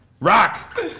rock